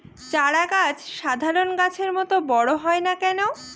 চারা গাছ সাধারণ গাছের মত বড় হয় না কেনো?